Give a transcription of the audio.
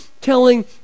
telling